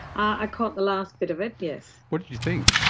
i caught the last bit of it, yes. what did you think?